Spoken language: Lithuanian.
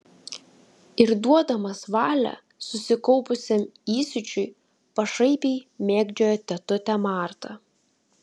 ir duodamas valią susikaupusiam įsiūčiui pašaipiai mėgdžioja tetutę martą